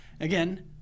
Again